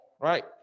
right